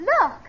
look